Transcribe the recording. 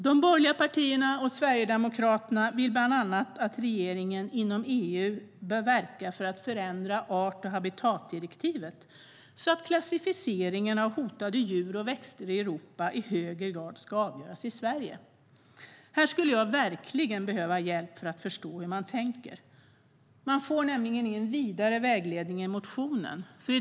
De borgerliga partierna och Sverigedemokraterna vill bland annat att regeringen ska verka för att förändra art och habitatdirektivet inom EU så att klassificeringen av hotade djur och växter i Europa i högre grad ska avgöras i Sverige.Här skulle jag verkligen behöva hjälp för att förstå hur man tänker. Jag får nämligen ingen vidare vägledning i motionen.